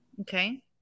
Okay